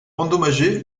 endommagé